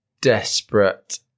desperate